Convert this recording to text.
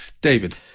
David